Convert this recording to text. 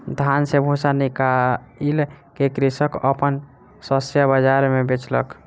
धान सॅ भूस्सा निकाइल के कृषक अपन शस्य बाजार मे बेचलक